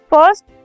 First